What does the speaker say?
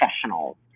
professionals